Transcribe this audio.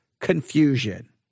confusion